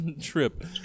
trip